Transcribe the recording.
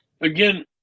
again